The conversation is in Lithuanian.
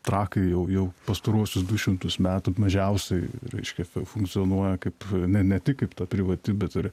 trakai jau jau pastaruosius du šimtus metų mažiausiai reiškia funkcionuoja kaip ne ne tik kaip ta privati bet ir